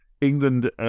England